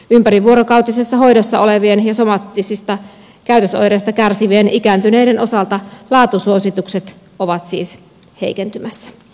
ympärivuorokautisessa hoidossa olevien ja somaattisista käytösoireista kärsivien ikääntyneiden osalta laatusuositukset ovat siis heikentymässä